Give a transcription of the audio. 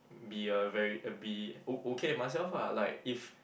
be a very be o~ okay with myself ah like if